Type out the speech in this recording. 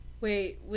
Wait